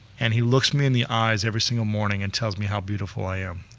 and he looks me in the eyes every single morning and tells me how beautiful i am,